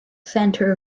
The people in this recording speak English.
centre